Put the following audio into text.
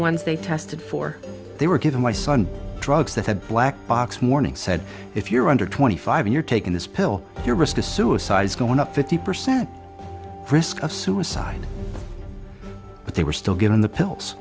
ones they tested for they were given my son drugs that had black box morning said if you're under twenty five you're taking this pill your risk a suicide is going up fifty percent risk of suicide but they were still given the pills